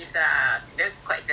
diversify kan